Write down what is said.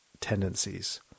tendencies